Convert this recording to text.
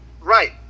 Right